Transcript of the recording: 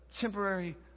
temporary